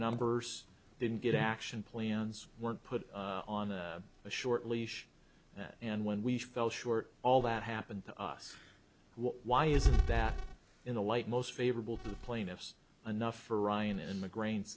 numbers didn't get action plans weren't put on a short leash that and when we fell short all that happened to us why is that in the light most favorable to the plaintiffs enough for ryan and migraine